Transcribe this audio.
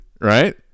right